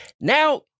now